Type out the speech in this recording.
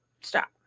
stop